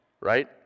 right